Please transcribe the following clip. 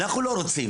אנחנו לא רוצים.